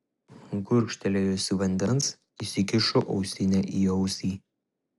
gurkštelėjusi vandens įsikišu ausinę į ausį